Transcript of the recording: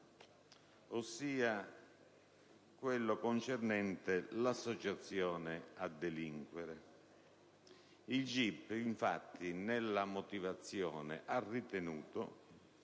quello concernente l'associazione a delinquere. Il GIP, infatti, nella motivazione ha ritenuto